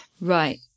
Right